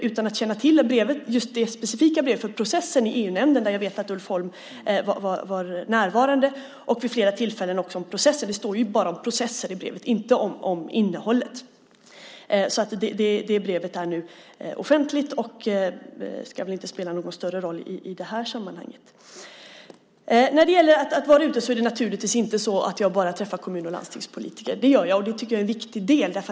Utan att känna till just det specifika brevet redogjorde jag för processen i EU-nämnden där jag vet att Ulf Holm var närvarande. Det står ju bara om processen i brevet - inte om innehållet. Det brevet är nu offentligt och ska väl inte spela någon större roll i det här sammanhanget. Det är naturligtvis inte så att jag bara träffar kommun och landstingspolitiker. Det gör jag, och det tycker jag är en viktig del.